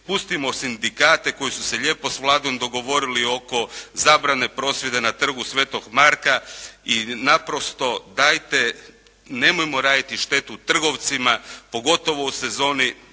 Pustimo sindikate koji su se lijepo s Vladom dogovorili oko zabrane prosvjeda na Trgu Sv. Marka i naprosto dajte nemojmo raditi štetu trgovcima pogotovo u sezoni